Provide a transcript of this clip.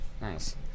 Nice